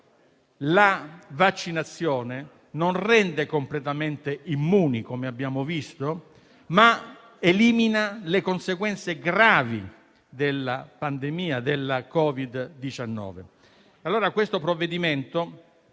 la vaccinazione non rende completamente immuni, come abbiamo visto, ma elimina le conseguenze gravi della pandemia da Covid-19. Il provvedimento